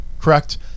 correct